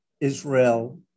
Israel